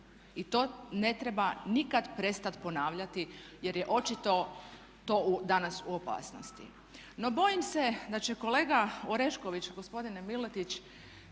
i to ne treba nikad prestat ponavljati, jer je očito to danas u opasnosti. No, bojim se da će kolega Orešković, gospodine Miletić